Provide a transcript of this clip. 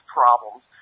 problems